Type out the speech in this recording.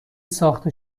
ساخته